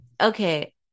Okay